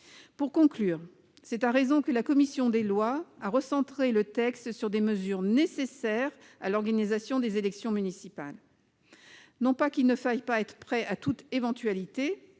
Pour conclure, c'est à raison que la commission des lois a recentré le texte sur des mesures nécessaires à l'organisation des élections municipales. Non pas qu'il ne faille pas être prêt à toute éventualité